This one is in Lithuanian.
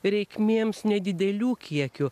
reikmėms nedidelių kiekių